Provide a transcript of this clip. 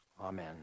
Amen